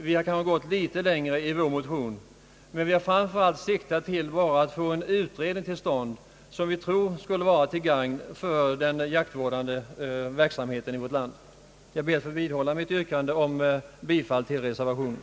Vi har gått något längre i vår motion, där vi framför allt har siktat till att få till stånd en utredning som vi tror skulle vara till gagn för den jaktvårdande verksamheten i vårt land. Jag ber att få vidhålla mitt yrkande om bifall till reservationen.